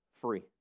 free